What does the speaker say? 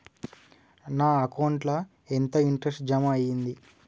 నా అకౌంట్ ల ఎంత ఇంట్రెస్ట్ జమ అయ్యింది?